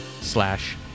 slash